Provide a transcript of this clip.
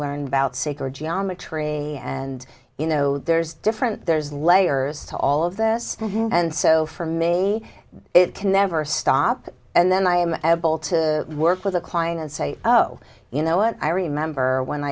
learned about sacred geometry and you know there's different there's layers to all of this and so for me it can never stop and then i am able to work with the client and say oh you know what i remember when